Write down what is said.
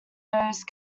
those